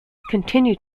continued